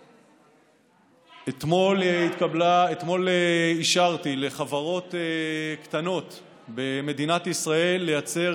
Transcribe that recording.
אתמול אישרתי לחברות קטנות במדינת ישראל לייצר